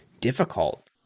difficult